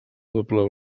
doble